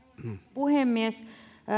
puhemies